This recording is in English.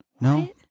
No